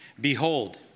Behold